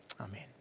Amen